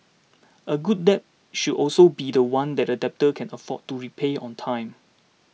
a good debt should also be one that the debtor can afford to repay on time